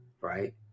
Right